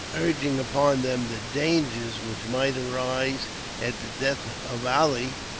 urging upon them the dangers which might arise at the death of ali,